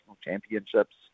championships